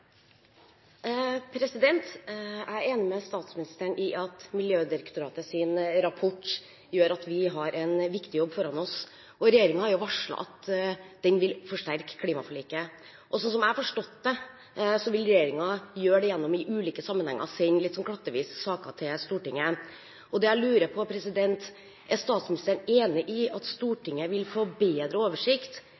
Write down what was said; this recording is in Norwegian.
oppfølgingsspørsmål. Jeg er enig med statsministeren i at Miljødirektoratets rapport gjør at vi har en viktig jobb foran oss. Regjeringen har jo varslet at den vil forsterke klimaforliket, og sånn jeg har forstått det, vil den gjøre det gjennom i ulike sammenhenger å sende – litt klattvist – saker til Stortinget. Det jeg lurer på, er om statsministeren er enig i at